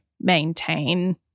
maintain